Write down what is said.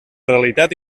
realitat